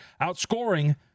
Outscoring